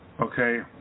Okay